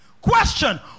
question